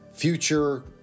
future